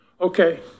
okay